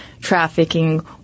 trafficking